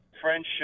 friendship